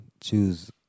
choose